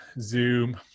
Zoom